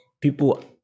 people